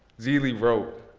zealy wrote,